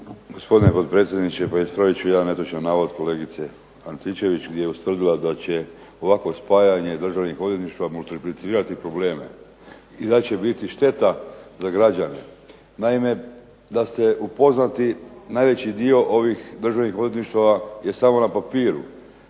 Gospodine potpredsjedniče pa ispravit ću jedan netočan navod kolegice Antičević gdje je ustvrdila da će ovakvo spajanje državnih odvjetništava multiplicirati probleme i da će biti šteta za građane. Naime, da ste upoznati najveći dio ovih državnih odvjetništava je samo na papiru